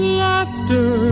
laughter